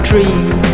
dream